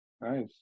Nice